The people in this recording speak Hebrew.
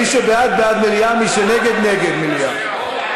מי שבעד, בעד מליאה, מי שנגד, נגד מליאה.